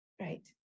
Right